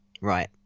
Right